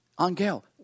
Angel